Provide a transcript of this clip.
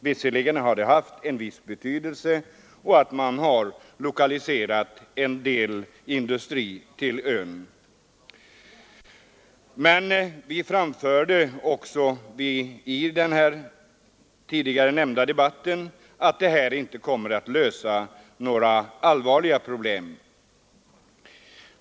Visserligen har det haft en viss betydelse, eftersom man har lokaliserat en del industrier till ön, men liksom vi framhöll i den tidigare nämnda debatten kan även nu sägas, att detta inte kommer att lösa några allvarliga problem.